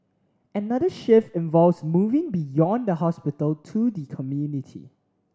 another shift involves moving beyond the hospital to the community